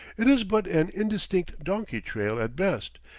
it is but an indistinct donkey trail at best,